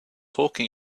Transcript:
talking